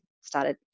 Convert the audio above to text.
started